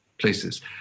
places